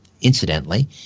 incidentally